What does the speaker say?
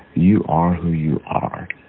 you are who you are.